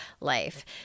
life